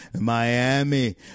Miami